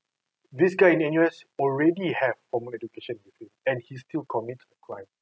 this guy in N_U_S already have formal education with him and he still commit the crime